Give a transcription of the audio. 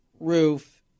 roof